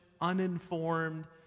uninformed